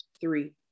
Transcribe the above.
Three